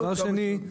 דבר שני,